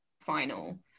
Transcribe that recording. final